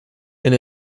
and